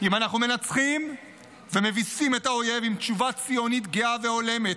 אם אנחנו מנצחים ומביסים את האויב עם תשובה ציונית גאה והולמת,